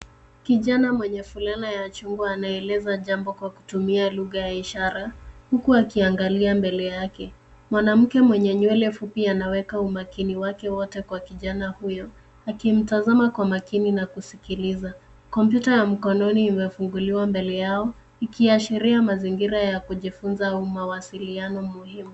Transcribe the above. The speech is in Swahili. Kijana mwenye fulana ya chungwa anaeleza jambo kwa kutumia lugha ya ishara huku akiangalia mbele yake. Mwanamke mwenye nywele fupi anaweka umakini wake wote kwa kijana huyo. Akimtazama kwa makini na kusikiliza. Kompyuta ya mkononi imefunguliwa mbele yao ikiashiria mazingira ya kujifunza au mawasiliano muhimu.